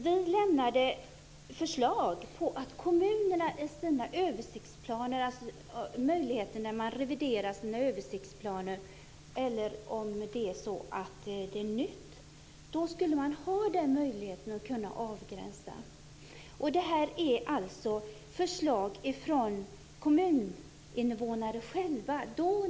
Vi lämnade förslag om att kommunerna när man reviderar sina översiktsplaner, eller om det är så att det är nytt, skulle ha möjligheten att kunna avgränsa. Det här är alltså förslag från kommuninvånare själva.